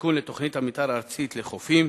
עדכון לתוכנית המיתאר הארצית לחופים,